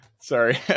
Sorry